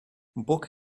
book